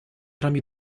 rami